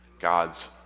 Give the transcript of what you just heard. God's